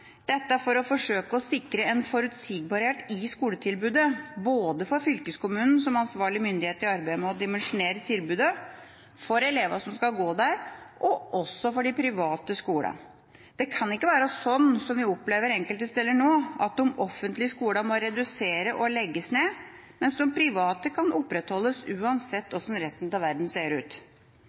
dette for å forsøke å sikre en forutsigbarhet i skoletilbudet, både for fylkeskommunen som ansvarlig myndighet i arbeidet med å dimensjonere tilbudet, for elevene som skal gå der, og også for de private skolene. Det kan ikke være sånn som vi nå opplever enkelte steder, at de offentlige skolene må redusere og legges ned, mens de private kan opprettholdes uansett hvordan resten av verden ser ut.